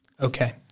Okay